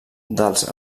dels